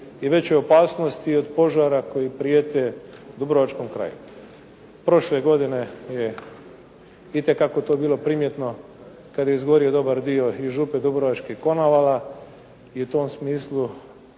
i većoj opasnosti od požara koji prijete dubrovačkom kraju. Prošle godine je itekako to bilo primjetno kad je izgorio dobar dio i Župe Dubrovačke i Konavala i u tom smislu